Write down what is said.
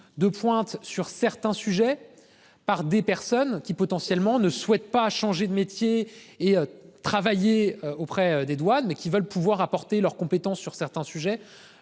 de pointe sur certains sujets par des personnes qui potentiellement ne souhaite pas changer de métier et travailler auprès des douanes, mais qui veulent pouvoir apporter leurs compétences sur certains sujets.